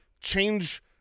change